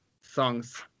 songs